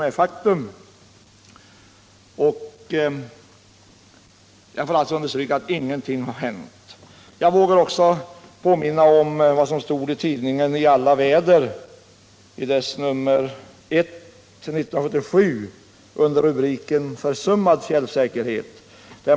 Ingenting har alltså hänt. Jag vågar också påminna om vad som stod i tidningen I alla väder, nr 1 år 1977, under rubriken ”Försummad fjällsäkerhet”.